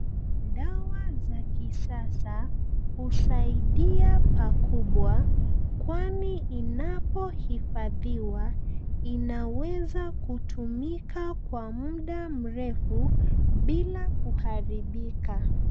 Dawa za kisasa husaidia pakubwa kwani inapohifadhiwa inaweza kutumika kwa muda mrefu bila kuharibika.